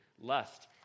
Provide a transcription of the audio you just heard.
lust